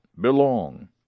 belong